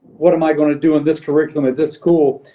what am i going to do in this curriculum at this school?